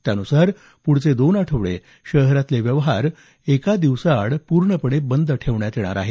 त्यानुसार पुढील दोन आठवडे शहरातले व्यवहार एक दिवसाआड पूर्णपणे बंद ठेवण्यात येणार आहे